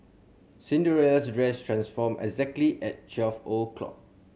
Cinderella's dress transformed exactly at twelve o'clock